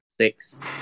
six